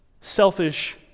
selfish